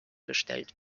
gestellt